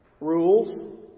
Rules